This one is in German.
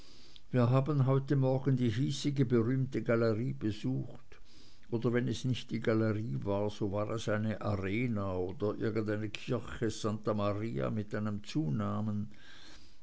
wir haben heute vormittag die hiesige berühmte galerie besucht oder wenn es nicht die galerie war so war es eine arena oder irgendeine kirche santa maria mit einem zunamen